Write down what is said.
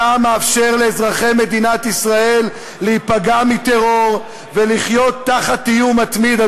אתה מאפשר לאזרחי מדינת ישראל להיפגע מטרור ולחיות תחת איום מתמיד,